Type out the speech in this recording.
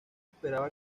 esperaba